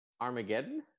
Armageddon